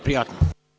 Prijatno.